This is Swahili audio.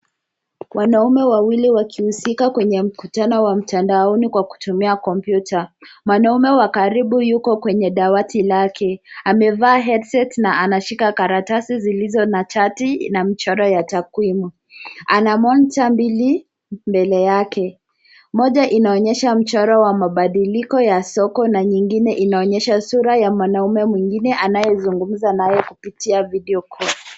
Wanaume wawili wakihusika kwenye mkutano wa mtandaoni kwa kutumia kompyuta. Mwanume wa karibu yuko kwenye dawati lake , amevaa headset na anashika karatasi zilizo na chati na mchoro ya takwimu. Ana moncha mbili mbele yake , moja inaonyesha mchoro wa mabadiliko ya soko na nyingine inaonyesha sura ya mwanaume mwingine anayezungumza naye kupitia video call .